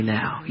now